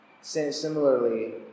Similarly